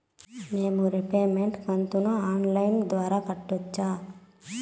మేము రీపేమెంట్ కంతును online ద్వారా కట్టొచ్చా